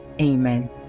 Amen